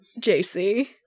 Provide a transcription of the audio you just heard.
JC